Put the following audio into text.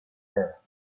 her